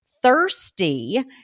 Thirsty